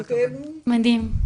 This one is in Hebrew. מדהים,